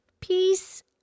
peace